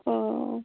অ'